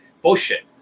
Bullshit